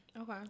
Okay